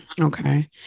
Okay